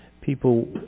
people